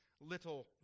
little